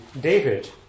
David